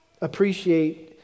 appreciate